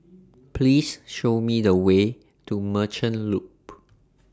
Please Show Me The Way to Merchant Loop